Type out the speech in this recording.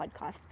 podcast